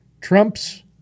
Trump's